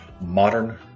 modern